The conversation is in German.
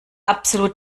absolut